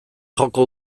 joko